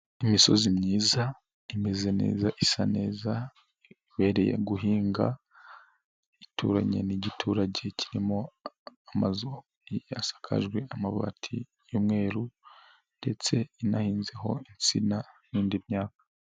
Imisozi myiza imeze neza, isa neza, ibereye guhingwa ituranye n'igiturage kirimo amazu asakajwe amabati y'umweru, ndetse inahinzeho insina n'indi myaka.